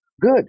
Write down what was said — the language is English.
Good